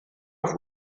auf